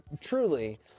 Truly